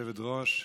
כבוד היושבת-ראש,